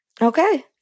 Okay